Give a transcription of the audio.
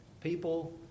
People